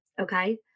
Okay